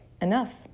enough